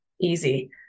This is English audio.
Easy